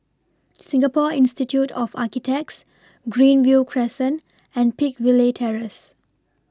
Singapore Institute of Architects Greenview Crescent and Peakville Terrace